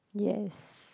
yes